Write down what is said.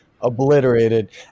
obliterated